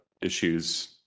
issues